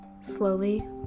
Slowly